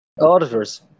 Auditors